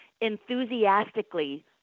Enthusiastically